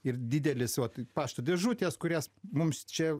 ir didelis va pašto dėžutės kurias mums čia